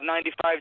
95